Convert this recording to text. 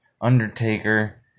Undertaker